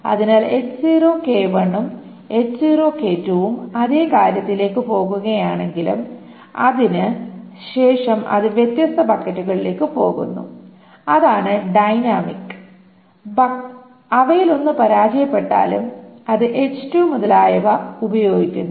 അതിനാൽ ഉം ഉം അതേ കാര്യത്തിലേക്കു പോകുകയാണെങ്കിലും അതിന് ശേഷം അത് വ്യത്യസ്ത ബക്കറ്റുകളിലേക്ക് പോകുന്നു അതാണ് ഡൈനാമിക് അവയിലൊന്ന് പരാജയപ്പെട്ടാലും അത് h2 മുതലായവ ഉപയോഗിക്കുന്നു